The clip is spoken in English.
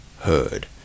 heard